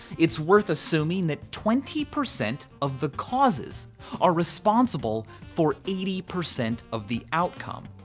it's worth assuming that twenty percent of the causes are responsible for eighty percent of the outcome,